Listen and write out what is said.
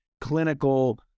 clinical